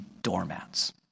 doormats